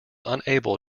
unable